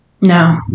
No